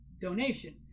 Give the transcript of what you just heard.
donation